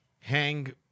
hang